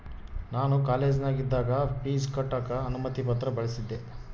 ನಾನು ಕಾಲೇಜಿನಗಿದ್ದಾಗ ಪೀಜ್ ಕಟ್ಟಕ ಅನುಮತಿ ಪತ್ರ ಬಳಿಸಿದ್ದೆ